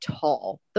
tall